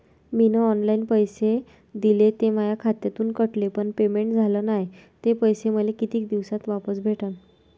मीन online पैसे दिले, ते माया खात्यातून कटले, पण पेमेंट झाल नायं, ते पैसे मले कितीक दिवसात वापस भेटन?